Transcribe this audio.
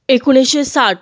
एकूणीशें साठ